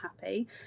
happy